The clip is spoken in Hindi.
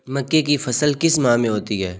मक्के की फसल किस माह में होती है?